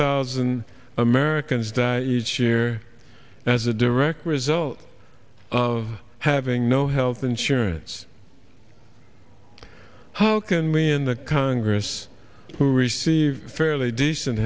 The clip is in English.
thousand americans die each year as a direct result of having no health insurance how can we in the congress who receive fairly decent